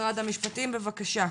משרד המשפטים בבקשה.